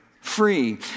free